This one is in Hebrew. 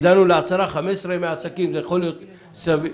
זה יכול להיות סביר.